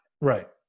Right